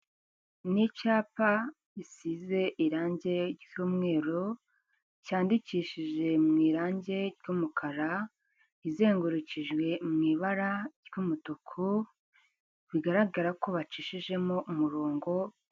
Ni icyapa gisize irange ry'umweru, cyandikishije mu irange ry'umukara, izengurukijwe mu ibara ry'umutuku bigaragara ko bacishijemo umurongo.